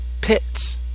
Pits